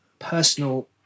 personal